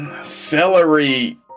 celery